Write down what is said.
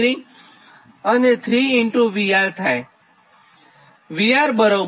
87° અને ૩ VR થાય